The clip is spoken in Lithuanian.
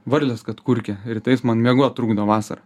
varlės kad kurkia rytais man miegot trukdo vasara